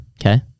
Okay